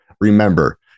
Remember